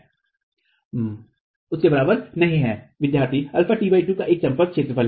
Student αt2 is a contact area विद्यार्थी αt 2 एक संपर्क क्षेत्रफल है